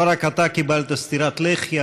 לא רק אתה קיבלת סטירת לחי,